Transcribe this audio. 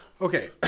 Okay